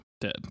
Dead